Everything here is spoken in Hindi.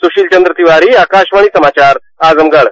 सुशील चन्द्र तिवारी आकाशवाणी समाचार आजमगढ़